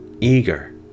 eager